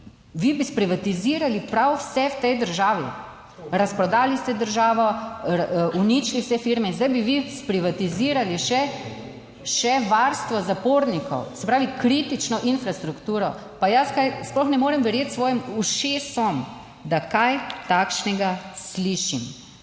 Vi bi sprivatizirali prav vse v tej državi. Razprodali ste državo, uničili vse firme in zdaj bi vi sprivatizirali še, še varstvo zapornikov, se pravi kritično infrastrukturo. Pa jaz kaj, sploh ne morem verjeti svojim ušesom, da kaj takšnega slišim.